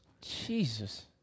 Jesus